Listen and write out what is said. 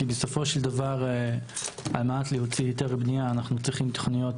כי בסופו של דבר על מנת להוציא הסדר בנייה אנחנו צריכים תוכניות